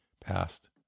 past